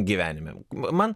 gyvenime man